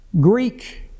Greek